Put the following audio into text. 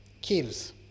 kills